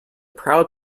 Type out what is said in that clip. proud